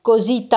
così